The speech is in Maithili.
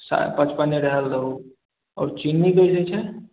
पचपने रहे लऽ दहू चीनीआओर कैसे छै